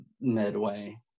midway